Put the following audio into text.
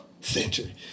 century